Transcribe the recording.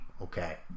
Okay